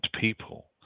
people